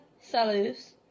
Salus